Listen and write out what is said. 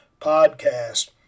Podcast